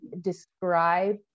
describe